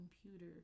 computer